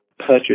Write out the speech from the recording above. Purchase